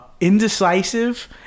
indecisive